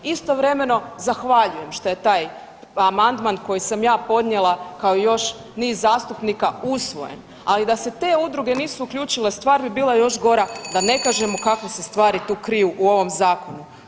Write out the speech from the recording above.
Istovremeno zahvaljujem šta je taj amandman koji sam ja podnijela kao i još niz zastupnika usvojen, ali da se te udruge nisu uključile stvar bi bila još gora, da ne kažemo kakve se stvari tu kriju u ovom zakonu.